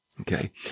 Okay